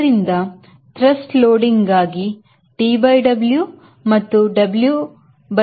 ಅದರ ರಿಂದ Thrust loading ಗಾಗಿ TW ಮತ್ತು WHorsepower ಆಗಿದೆ